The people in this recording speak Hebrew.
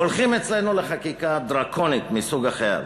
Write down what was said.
הולכים אצלנו לחקיקה דרקונית מסוג אחר: